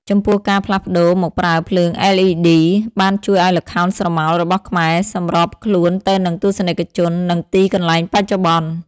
ចំពោះការផ្លាស់ប្តូរមកប្រើភ្លើង LED បានជួយឱ្យល្ខោនស្រមោលរបស់ខ្មែរសម្របខ្លួនទៅនឹងទស្សនិកជន និងទីកន្លែងបច្ចុប្បន្ន។